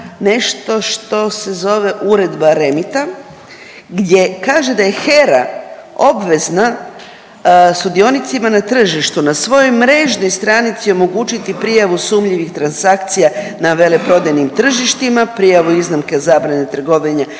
nešto što se zove Uredba REMIT-a gdje kaže da je HERA obvezna sudionicima na tržištu na svojoj mrežnoj stranici omogućiti prijavu sumnjivih transakcija na veleprodajnim tržištima, prijavu iznimke zabrane trgovanja